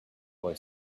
boy